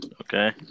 Okay